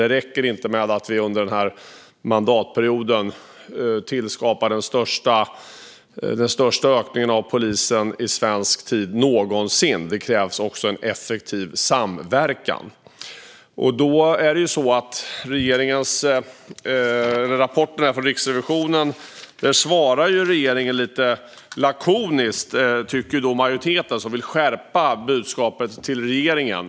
Det räcker inte med att vi under den här mandatperioden tillskapar den största ökningen av polisen i Sverige någonsin. Det krävs också en effektiv samverkan. När det gäller rapporten från Riksrevisionen svarar regeringen lite lakoniskt, tycker majoriteten som vill skärpa budskapet till regeringen.